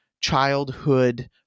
childhood